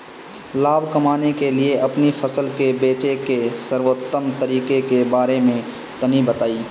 लाभ कमाने के लिए अपनी फसल के बेचे के सर्वोत्तम तरीके के बारे में तनी बताई?